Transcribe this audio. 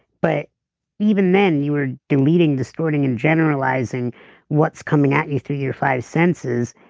but even then you were deleting, distorting and generalizing what's coming at you through your five senses,